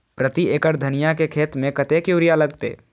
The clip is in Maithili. प्रति एकड़ धनिया के खेत में कतेक यूरिया लगते?